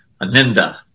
Aninda